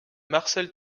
marcel